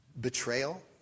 Betrayal